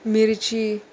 मिर्ची